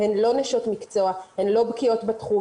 הן לא נשות מקצוע, הן לא בקיאות בתחום.